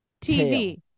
TV